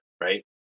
right